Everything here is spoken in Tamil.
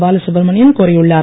பாலசுப்ரமணியன் கோரியுள்ளார்